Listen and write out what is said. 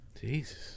Jesus